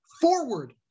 forward